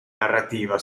narrativa